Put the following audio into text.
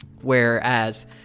Whereas